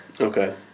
Okay